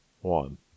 one